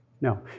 No